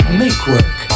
make-work